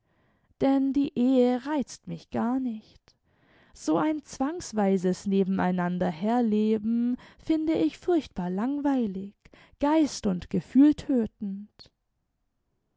denn die ehe reizt mich gar nicht so ein zwangsweises nebeneinanderherleben finde ich furchtbar langweilig geist und